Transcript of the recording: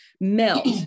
melt